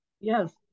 Yes